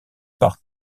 par